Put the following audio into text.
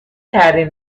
کردین